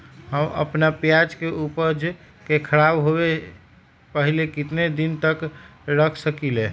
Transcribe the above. हम अपना प्याज के ऊपज के खराब होबे पहले कितना दिन तक रख सकीं ले?